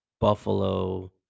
Buffalo